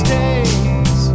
days